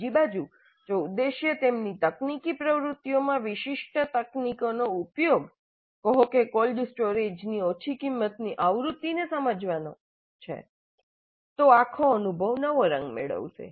બીજી બાજુ જો ઉદ્દેશ્ય તેમની તકનીકી પ્રવૃત્તિઓમાં વિશિષ્ટ તકનીકીઓનો ઉપયોગ કહો કે કોલ્ડ સ્ટોરેજની ઓછી કિંમતની આવૃત્તિ નો સમજવાનો છે તો આખો અનુભવ નવી રંગ મેળવશે